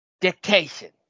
Dictation